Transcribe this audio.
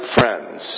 friends